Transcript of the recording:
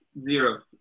zero